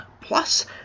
Plus